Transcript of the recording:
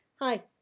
Hi